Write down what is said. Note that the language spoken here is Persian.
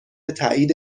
تایید